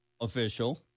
official